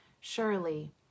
Surely